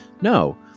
no